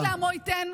"ה' עז לעמו יתן,